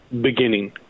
beginning